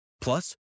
Plus